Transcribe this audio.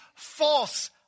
false